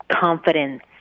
confidence